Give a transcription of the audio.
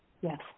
Yes